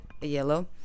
yellow